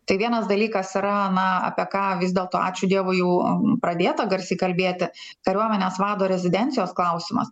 tai vienas dalykas yra na apie ką vis dėlto ačiū dievui jau pradėta garsiai kalbėti kariuomenės vado rezidencijos klausimas